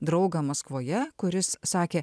draugą maskvoje kuris sakė